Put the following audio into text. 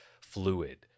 fluid